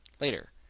later